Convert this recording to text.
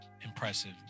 impressive